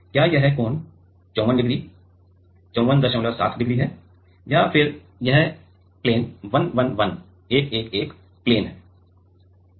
क्या यह कोण ५४ डिग्री ५४७ डिग्री है और फिर यह प्लेन १११ प्लेन है